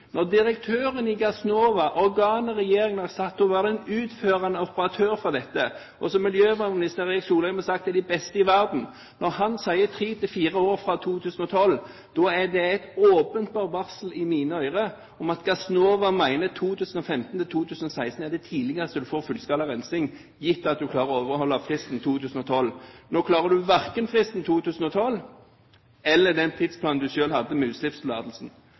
Når direktøren i Gassnova – organet regjeringen har satt til å være den utførende operatør for dette, og som miljøvernminister Erik Solheim har sagt er de beste i verden – sier tre–fire år fra 2012, er det et åpenbart varsel i mine ører om at Gassnova mener at 2015–2016 er det tidligste du får fullskala rensing, gitt at du klarer å overholde fristen 2012. Nå klarer man verken fristen i 2012 eller den tidsplanen man selv hadde med utslippstillatelsen.